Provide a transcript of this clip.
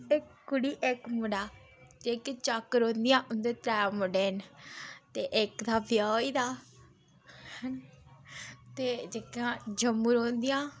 इक कुड़ी इक मुड़ा जेह्कियां चक रौंह्दियां उंदे त्रै मुड़े न ते इक दा ब्याह् होई गेदा ते जेह्कियां जम्मू रौह्दियां